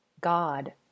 God